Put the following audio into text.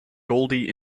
goldie